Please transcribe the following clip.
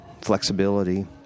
flexibility